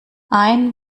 ein